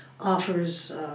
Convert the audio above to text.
offers